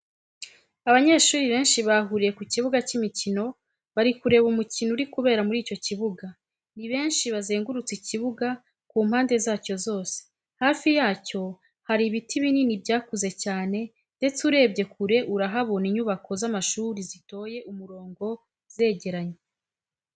Abanyeshuri benshi bahuriye ku kibuga cy'imikino bari kureba umukino uri kubera muri icyo kibuga, ni benshi bazengurutse ikibuga ku mpande zacyo zose, hafi yacyo hari ibiti binini byakuze cyane ndetse urebye kure urahabona inyubako z'amashuri zitoye umurongo zegeranye.